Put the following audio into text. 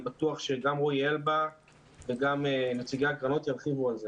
אני בטוח שגם רועי אלבה וגם נציגי הקרנות ירחיבו על כך.